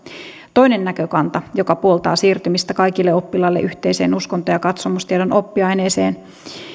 toinen näkökanta joka puoltaa siirtymistä kaikille oppilaille yhteiseen uskonto ja katsomustiedon oppiaineeseen